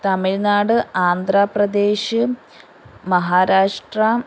Tamil Nadu Andhra Pradesh Maharashtra